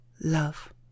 love